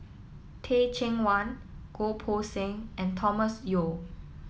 Teh Cheang Wan Goh Poh Seng and Thomas Yeo